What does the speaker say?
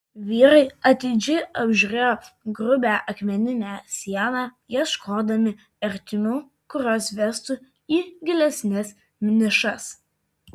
vyrai atidžiai apžiūrėjo grubią akmeninę sieną ieškodami ertmių kurios vestų į gilesnes nišas